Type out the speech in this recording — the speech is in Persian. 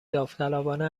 داوطلبانه